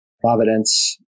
providence